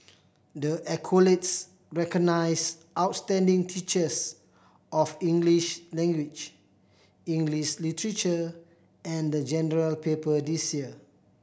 the accolades recognise outstanding teachers of English language English literature and the General Paper this year